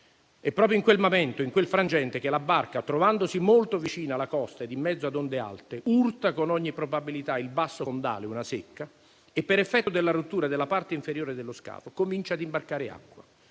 Proprio in quel momento, in quel frangente, la barca, trovandosi molto vicina alla costa ed in mezzo ad onde alte, urta con ogni probabilità il basso fondale, una secca, e, per effetto della rottura della parte inferiore dello scafo, comincia ad imbarcare acqua.